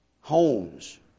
homes